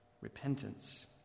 repentance